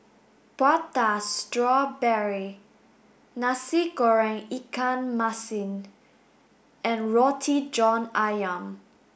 Prata strawberry Nasi Goreng Ikan Masin and Roti John Ayam